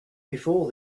before